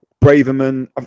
Braverman